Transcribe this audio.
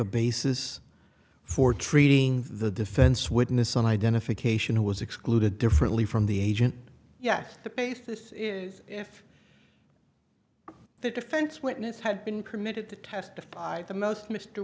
a basis for treating the defense witness identification was excluded differently from the agent yes the basis is if the defense witness had been permitted to testify the most mr